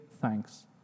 thanks